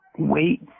Wait